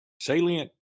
Salient –